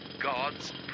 God's